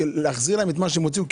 להחזיר להם את מה שהוציאו,